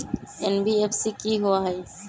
NBFC कि होअ हई?